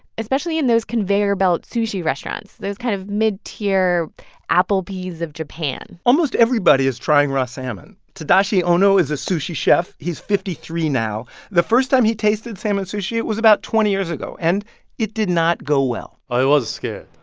especially in those conveyer-belt sushi restaurants those kind of mid-tier applebee's of japan almost everybody is trying raw salmon tadashi ono is a sushi chef. he's fifty three now. the first time he tasted salmon sushi, it was about twenty years ago. and it did not go well i was scared.